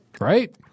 right